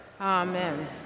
Amen